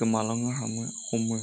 गोमालांनो हामो हमो